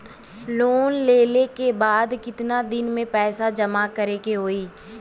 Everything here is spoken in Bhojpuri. लोन लेले के बाद कितना दिन में पैसा जमा करे के होई?